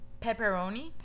Pepperoni